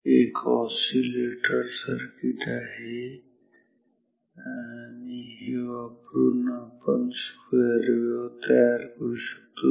एक oscillator circuit आहे आणि हे वापरून आपण एक स्क्वेअर वेव्ह तयार करू शकतो